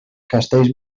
castells